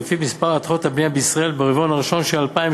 שלפיו מספר התחלות הבנייה בישראל ברבעון הראשון של 2013